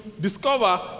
discover